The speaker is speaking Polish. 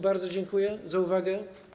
Bardzo dziękuję za uwagę.